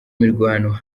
mirwano